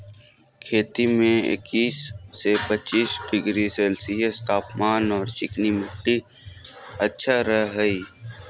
खेती में इक्किश से पच्चीस डिग्री सेल्सियस तापमान आर चिकनी मिट्टी अच्छा रह हई